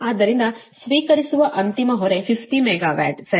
ಆದ್ದರಿಂದ ಸ್ವೀಕರಿಸುವ ಅಂತಿಮ ಹೊರೆ 50 ಮೆಗಾವ್ಯಾಟ್ ಸರಿನಾ